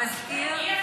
המזכיר.